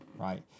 right